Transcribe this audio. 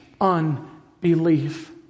unbelief